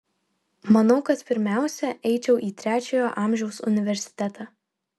manau kad pirmiausia eičiau į trečiojo amžiaus universitetą